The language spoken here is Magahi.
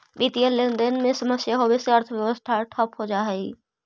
वित्तीय लेनदेन में समस्या होवे से अर्थव्यवस्था ठप हो जा हई